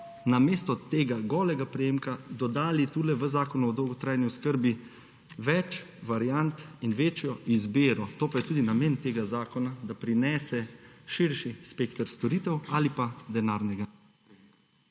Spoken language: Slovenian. namesto tega golega prejemka dodali tule v zakon o dolgotrajni oskrbi več variant in večjo izbiro. To pa je tudi namen tega zakona, da prinese širši spekter storitev ali pa denarnega